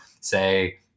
say